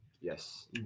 Yes